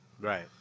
Right